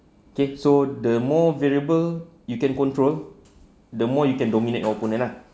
okay so the more variable you can control the more you can dominate the opponent ah